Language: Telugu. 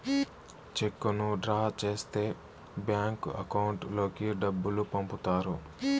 చెక్కును డ్రా చేస్తే బ్యాంక్ అకౌంట్ లోకి డబ్బులు పంపుతారు